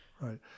Right